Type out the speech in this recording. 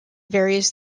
various